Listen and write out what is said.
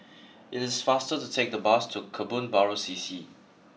it is faster to take the bus to Kebun Baru C C